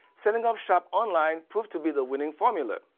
setting up shop online proved to be the winning formula.